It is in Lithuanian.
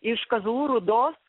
iš kazlų rūdos